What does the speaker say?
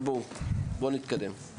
בואו נתקדם.